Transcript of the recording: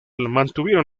mantuvieron